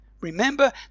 Remember